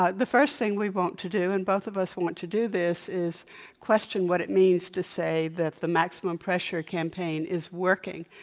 ah the first thing we want to do and both of us want to do this is question what it means to say that the maximum pressure campaign is working.